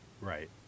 Right